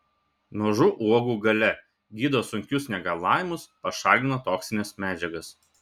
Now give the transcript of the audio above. mažų uogų galia gydo sunkius negalavimus pašalina toksines medžiagas